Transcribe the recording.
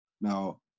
Now